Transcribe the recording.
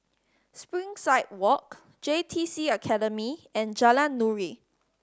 Springside Walk J T C Academy and Jalan Nuri